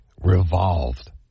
revolved